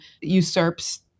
usurps